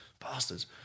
bastards